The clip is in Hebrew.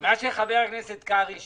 מה שחבר הכנסת קרעי שאל,